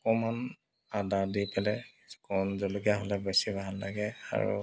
অকণমান আদা দি পেলাই কণ জলকীয়া হ'লে বেছি ভাল লাগে আৰু